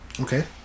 Okay